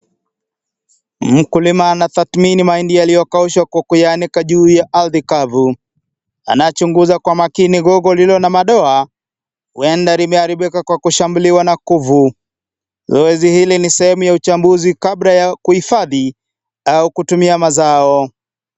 Mkulima anatadhmini mahindi yaliyokaushwa kwa kuyaanika juu ya ardhi kavu . Anachunguza kwa makini gogo lililo na madoa , huenda limeharibika kwa kushambuliwa na kovu . Zoezi hili ni sehemu ya uchambuzi kabla ya kuhifadhi , au kutumia mazao.